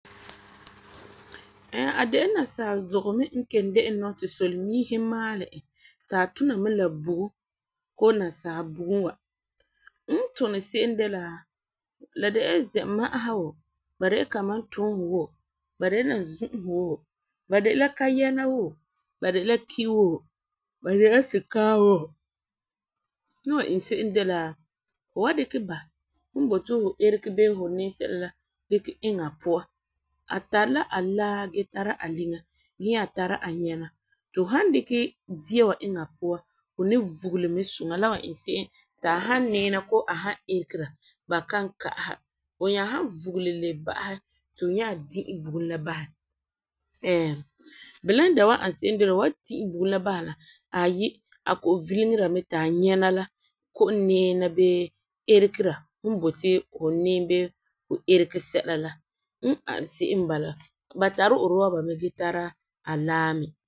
Ɛɛ, a de la nsaa zugu n de e ti solemiisi maalɛ e ti a tuna me la bugum was. E tuna se'em de la la de la zɛma'asa woo ba de kamantoosi wa, ba de la nanzu'usi who, ba de la kariyɛɛna wo, ba de la ki wo, na de la sikaam wo, fu wan iŋɛ se'em de la, fu wa dikɛ ba fu boti GU ɛrege bii fu nɛɛm se'em dikɛ iŋɛ a puan. A tari la alaa gee tara a liŋa gee nya tara nyɛna. Ti fu san dikɛ dia wa iŋɛ a puan, fu ni vugele me suŋa la wan iŋɛ se'em ti a san nɛɛna, koo ɛrigera ba kan ka'asa. Fu nya san vugele lebese ba'asɛ ti fu nya di'e bugum basɛ. bilenda wa n ani se'em de la fu wan di'e bugum wa basɛ la, aayi a koo vileŋera me ti a nyɛna la ko nɛɛna baa ɛrigera fu boti fu nɛɛm bee fu ɛrige sɛla la n ani se'em n bala. Ba tari urɔba mɛ gee tara alaa mi.